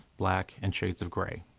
black, and shades of gray,